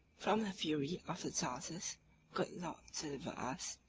from the fury of the tartars, good lord, deliver us,